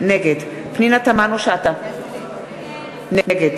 נגד פנינה תמנו-שטה, נגד